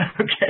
Okay